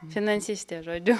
finansistė žodžiu